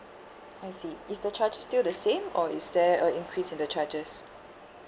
I see is the charged still the same or is there a increase in the charges